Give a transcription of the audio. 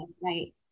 right